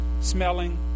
smelling